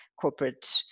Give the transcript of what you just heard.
corporate